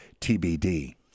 TBD